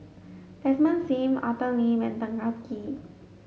Desmond Sim Arthur Lim and Tan Kah Kee